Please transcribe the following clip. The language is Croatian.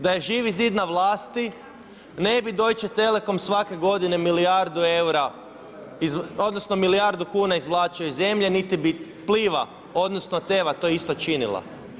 Da je Živi zid na vlasti ne bi Deutche Telecom svake godine milijardu eura odnosno milijardu kuna izvlačio iz zemlje niti bi Pliva odnosno Teva to isto činila.